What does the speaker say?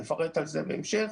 נפרט על זה בהמשך.